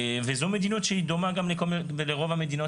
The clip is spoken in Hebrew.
וזו מדיניות שהיא דומה גם לרוב המדינות